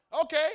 Okay